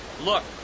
Look